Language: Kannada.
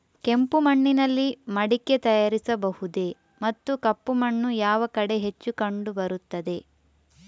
ಕೆಂಪು ಮಣ್ಣಿನಲ್ಲಿ ಮಡಿಕೆ ತಯಾರಿಸಬಹುದೇ ಮತ್ತು ಕಪ್ಪು ಮಣ್ಣು ಯಾವ ಕಡೆ ಹೆಚ್ಚು ಕಂಡುಬರುತ್ತದೆ?